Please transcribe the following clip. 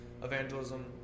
evangelism